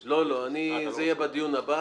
לא, לא, זה יהיה בדיון הבא.